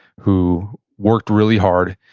who worked really hard,